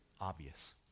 obvious